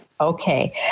Okay